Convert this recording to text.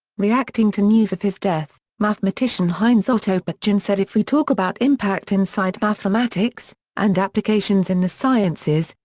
reacting to news of his death, mathematician heinz-otto peitgen said if we talk about impact inside mathematics, and applications in the sciences,